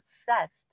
obsessed